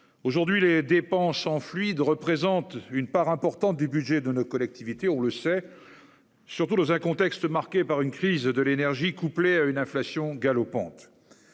on le sait, les dépenses en fluides représentent une part importante du budget de nos collectivités, surtout dans un contexte marqué par une crise de l'énergie couplée à une inflation galopante.